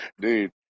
Dude